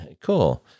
cool